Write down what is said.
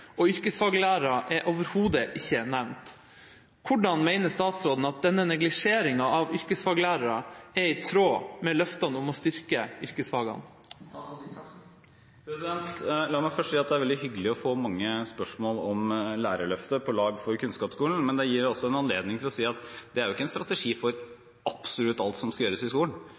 og yrkesfaglærere er overhodet ikke nevnt. Hvordan mener statsråden at denne neglisjeringa av yrkesfaglærere er i tråd med løftene om å styrke yrkesfagene?» La meg først si at det er veldig hyggelig å få mange spørsmål om Lærerløftet – På lag for kunnskapsskolen, men det gir også en anledning til å si at det er jo ikke en strategi for absolutt alt som skal gjøres i skolen.